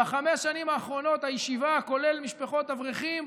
בחמש השנים האחרונות הישיבה, כולל משפחות אברכים,